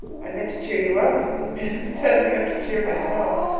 i meant to cheer you up and instead i have to cheer myself.